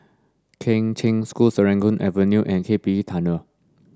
Kheng Cheng School Serangoon Avenue and K P E Tunnel